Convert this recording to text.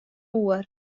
oer